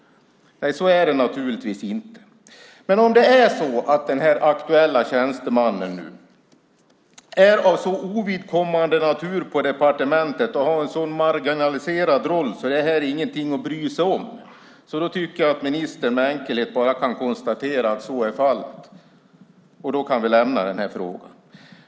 Så är det naturligtvis inte. Om det är så att den nu aktuella tjänstemannen är av så ovidkommande natur på departementet och har en så marginaliserad roll att det inte är något att bry sig om tycker jag att ministern med enkelhet kan konstatera att så är fallet, och då kan vi lämna den här frågan.